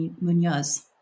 Munoz